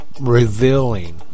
Revealing